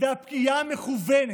ועדה מקצועית,